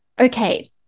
okay